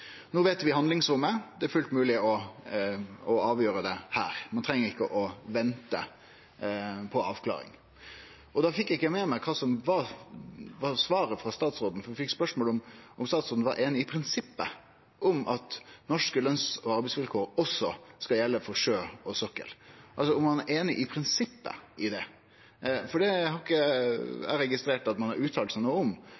No kjenner vi handlingsrommet. Det er fullt mogleg å avgjere dette her. Ein treng ikkje å vente på avklaring. Eg fekk ikkje med meg kva som var svaret frå statsråden. Statsråden fekk spørsmål om ho var einig i prinsippet om at norske løns- og arbeidsvilkår også skal gjelde for sjø og sokkel, altså om ho er einig i prinsippet i det. Det